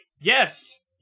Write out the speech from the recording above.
yes